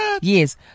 Yes